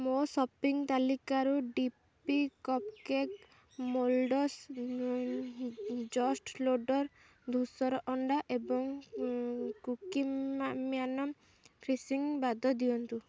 ମୋ ସପିଙ୍ଗ୍ ତାଲିକାରୁ ଡି ପି କପ୍କେକ୍ ମୋଲ୍ଡସ୍ ଯଷ୍ଟ ଲେଡର ଧୂସର ଅଣ୍ଡା ଏବଂ କୁକୀମ୍ ମ୍ୟା ମ୍ୟାନମ୍ ଫ୍ରିସୀଙ୍ଗ ବାଦ ଦିଅନ୍ତୁ